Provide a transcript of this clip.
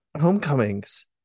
Homecomings